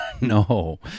No